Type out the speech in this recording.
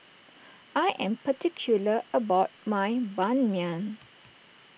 I am particular about my Ban Mian